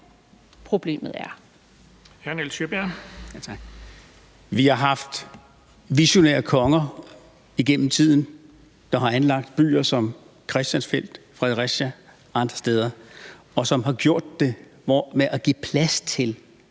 Sjøberg. Kl. 13:51 Nils Sjøberg (RV): Tak. Vi har haft visionære konger igennem tiden, der har anlagt byer som Christiansfeld, Fredericia og andre byer, og som har gjort det ved at give plads til